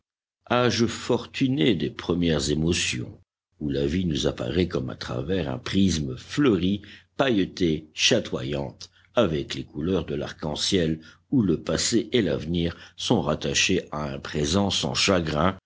âge fortuné des premières émotions où la vie nous apparaît comme à travers un prisme fleurie pailletée chatoyante avec les couleurs de l'arc-en-ciel où le passé et l'avenir sont rattachés à un présent sans chagrin